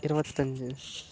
இருபத்தஞ்சு